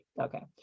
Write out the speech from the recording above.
Okay